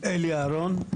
אלי אהרון,